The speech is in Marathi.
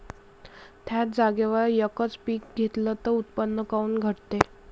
थ्याच जागेवर यकच पीक घेतलं त उत्पन्न काऊन घटते?